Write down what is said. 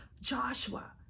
Joshua